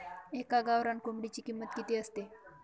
एका गावरान कोंबडीची किंमत किती असते?